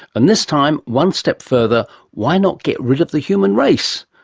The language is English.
and this time, one step further, why not get rid of the human race?